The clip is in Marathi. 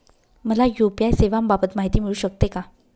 मला यू.पी.आय सेवांबाबत माहिती मिळू शकते का?